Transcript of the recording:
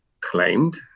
claimed